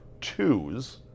twos